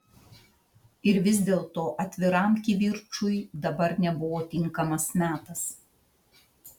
ir vis dėlto atviram kivirčui dabar nebuvo tinkamas metas